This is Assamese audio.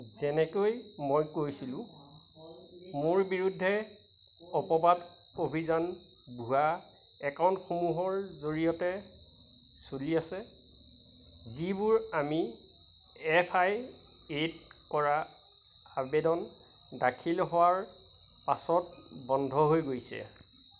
যেনেকৈ মই কৈছিলোঁ মোৰ বিৰুদ্ধে অপবাদ অভিযান ভুৱা একাউণ্টসমূহৰ জৰিয়তে চলি আছে যিবোৰ আমি এফ আই এত কৰা আবেদন দাখিল হোৱাৰ পাছত বন্ধ হৈ গৈছে